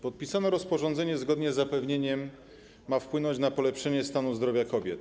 Podpisano rozporządzenie, które zgodnie z zapewnieniem ma wpłynąć na polepszenie stanu zdrowia kobiet.